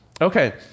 Okay